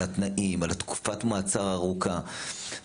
על התנאים ועל תקופת המעצר הארוכה,